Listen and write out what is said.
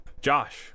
josh